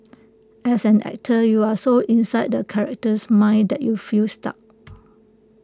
as an actor you are so inside the character's mind that you feel stuck